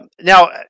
now